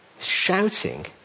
shouting